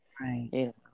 Right